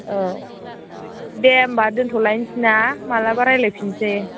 औ दे होम्बा दोथ'लायसैना मालाबा रायलायफिननोसै